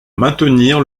maintenir